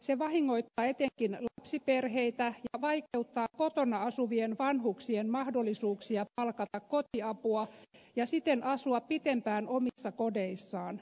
se vahingoittaa etenkin lapsiperheitä ja vaikeuttaa kotona asuvien vanhuksien mahdollisuuksia palkata kotiapua ja siten asua pitempään omissa kodeissaan